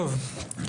טוב.